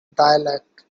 dialect